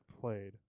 played